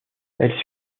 elle